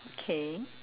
okay